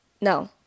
No